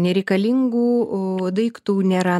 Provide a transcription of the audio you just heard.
nereikalingų daiktų nėra